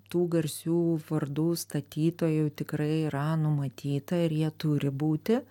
tų garsių vardų statytojų tikrai yra numatyta ir jie turi būti